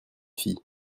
fille